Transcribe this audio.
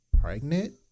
pregnant